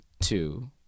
two